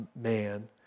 man